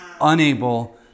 unable